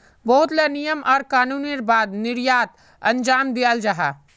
बहुत ला नियम आर कानूनेर बाद निर्यात अंजाम दियाल जाहा